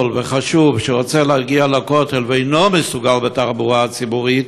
וחשוב שרוצה להגיע לכותל ואינו מסוגל בתחבורה הציבורית,